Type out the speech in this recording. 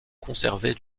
conservés